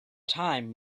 time